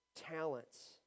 Talents